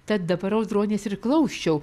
tad dabar audronės ir klausčiau